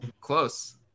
Close